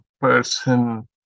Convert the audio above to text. person